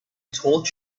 told